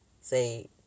say